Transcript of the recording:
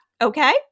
okay